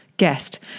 Guest